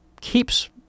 keeps